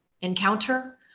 encounter